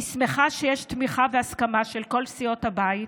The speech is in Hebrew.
אני שמחה שיש תמיכה והסכמה של כל סיעות הבית